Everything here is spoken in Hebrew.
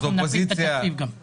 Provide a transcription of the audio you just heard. אנחנו נפיל את התקציב גם.